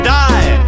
die